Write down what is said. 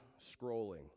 scrolling